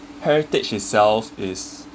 heritage itself is